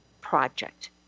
project